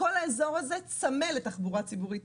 כל האזור הזה צמא לתחבורה ציבורית.